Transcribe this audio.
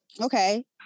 okay